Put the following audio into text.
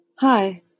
Hi